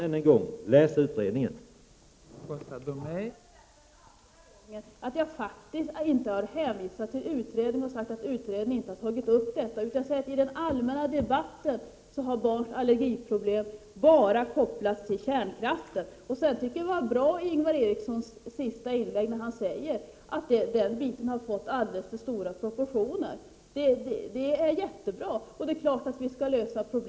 Ännu en gång: Läs vad utredningen skriver!